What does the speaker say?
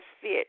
fit